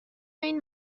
این